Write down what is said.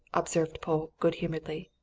observed polke, good-humouredly.